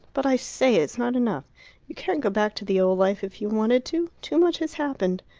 but i say it's not enough you can't go back to the old life if you wanted to. too much has happened.